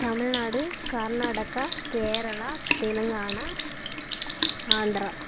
Tamil Nadu Karnataka Kerala Telangana Andhra